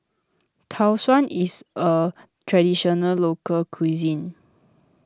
Tau Suan is a Traditional Local Cuisine